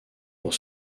pour